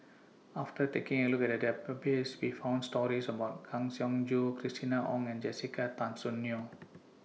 after taking A Look At The Database We found stories about Kang Siong Joo Christina Ong and Jessica Tan Soon Neo